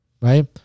right